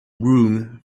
room